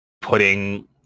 putting